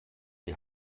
die